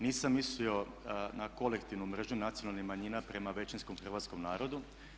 Nisam mislio na kolektivnu mržnju nacionalnih manjina prema većinskom hrvatskom narodu.